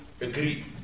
agree